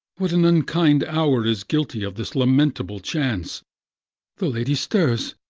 what an unkind hour is guilty of this lamentable chance the lady stirs.